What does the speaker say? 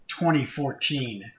2014